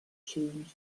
changed